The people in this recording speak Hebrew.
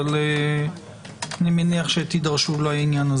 אבל אני מניח שתידרשו לעניין.